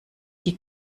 die